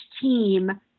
team